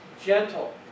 Gentle